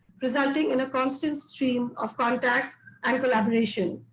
resulting in a constant stream of contact and collaboration.